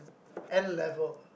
N-level